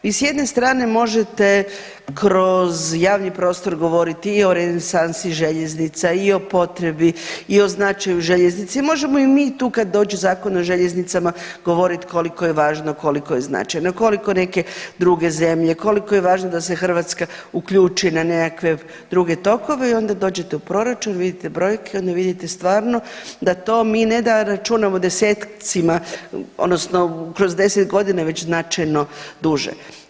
Vi s jedne strane možete kroz javni prostor govoriti i o renesansi željeznica i o potrebi i o značaju željeznica i možemo i mi tu kad dođe Zakon o željeznicama govorit koliko je važno, koliko je značajno, koliko neke druge zemlje, koliko je važno da se Hrvatska uključi na nekakve druge tokove i onda dođete u proračun i vidite brojke i onda vidite stvarno da to mi ne da mi računamo desecima odnosno kroz 10.g. već značajno duže.